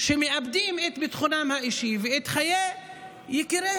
שמאבדים את ביטחונם האישי ואת חיי יקיריהם.